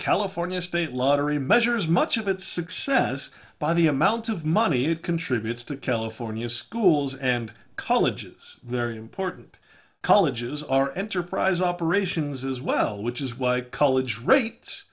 california state lottery measures much of its success by the amount of money it contributes to california schools and colleges very important colleges are enterprise operations as well which is why college rates